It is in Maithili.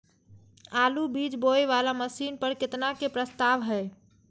आलु बीज बोये वाला मशीन पर केतना के प्रस्ताव हय?